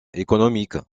économique